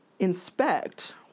inspect